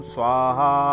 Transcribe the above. Swaha